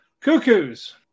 Cuckoos